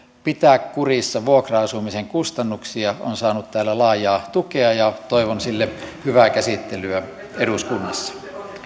pitää kurissa vuokra asumisen kustannuksia on saanut täällä laajaa tukea ja toivon sille hyvää käsittelyä eduskunnassa